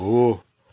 हो